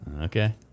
Okay